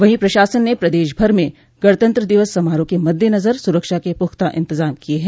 वहीं प्रशासन ने प्रदेश भर में गणतंत्र दिवस समारोह के मद्देनजर सुरक्षा के पुख्ता इंतजाम किये हैं